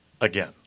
again